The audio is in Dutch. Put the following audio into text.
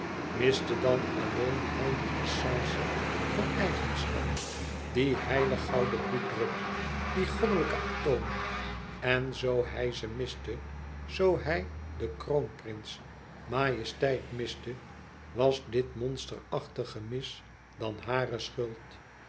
miste dan alleen hij die essence van eigenschap dien heilig gouden bloeddrup die goddelijke atoom en zoo hij ze miste zoo hij de kroonprins majesteit miste was dit monsterachtig gemis dan hàre schuld